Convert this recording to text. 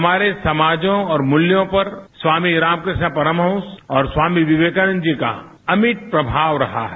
हमारे समाजों और मूल्यों पर स्वामी रामकृष्ण परमहंस और स्वामी विवेकानंद जी का अमिट प्रभाव रहा है